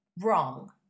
wrong